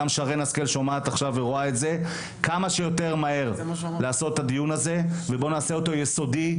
בואו נעשה את הדיון הזה יסודי,